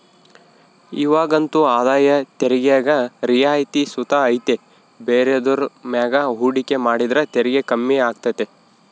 ಇವಾಗಂತೂ ಆದಾಯ ತೆರಿಗ್ಯಾಗ ರಿಯಾಯಿತಿ ಸುತ ಐತೆ ಬೇರೆದುರ್ ಮ್ಯಾಗ ಹೂಡಿಕೆ ಮಾಡಿದ್ರ ತೆರಿಗೆ ಕಮ್ಮಿ ಆಗ್ತತೆ